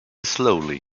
slowly